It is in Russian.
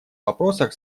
вопросах